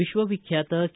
ವಿಶ್ವವಿಖ್ಯಾತ ಕೆ